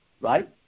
right